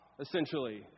essentially